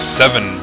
seven